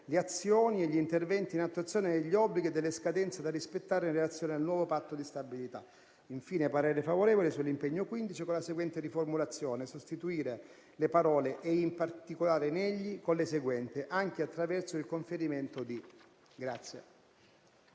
le azioni e gli interventi in attuazione degli obblighi e delle scadenze da rispettare in relazione al nuovo Patto di stabilità". Infine, esprimo parere favorevole sull'impegno 15 con la seguente riformulazione. Si chiede di sostituire le parole "e in particolare negli" con le seguenti: "anche attraverso il conferimento di".